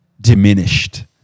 diminished